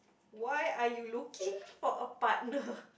why are you looking for a partner